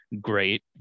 great